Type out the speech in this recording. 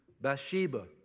Bathsheba